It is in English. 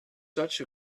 such